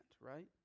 right